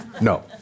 no